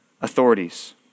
authorities